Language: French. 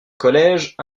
collège